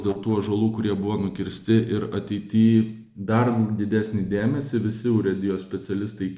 dėl tų ąžuolų kurie buvo nukirsti ir ateity dar didesnį dėmesį visi urėdijos specialistai